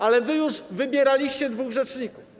Ale już wybieraliście dwóch rzeczników.